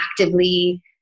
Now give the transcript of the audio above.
actively